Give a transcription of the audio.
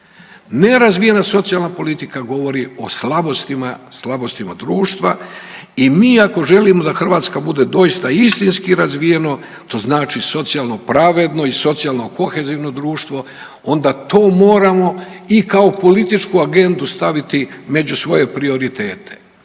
Nerazvijena socijalna politika govori o slabostima, slabostima društva i mi ako želimo da Hrvatska bude doista istinski razvijeno, to znači socijalno pravedno i socijalno kohezivno društvo onda to moramo i kao političku agendu staviti među svoje prioritete.